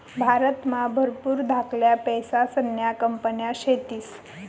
भारतमा भरपूर धाकल्या पैसासन्या कंपन्या शेतीस